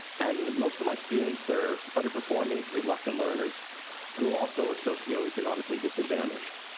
and most of my students are underperforming, reluctant learners who also are socioeconomically disadvantaged,